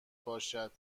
باشد